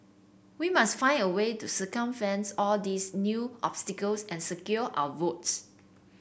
we must find a way to circumvents all these new obstacles and secure our votes